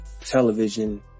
television